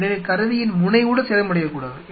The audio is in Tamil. எனவே கருவியின் முனை கூட சேதமடையக்கூடாது